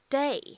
day